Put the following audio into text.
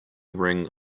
ring